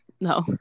No